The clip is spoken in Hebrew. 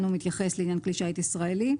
הוא מתייחס לעניין כלי שיט ישראלי.